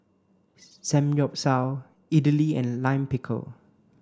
Samgyeopsal Idili and Lime Pickle